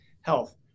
health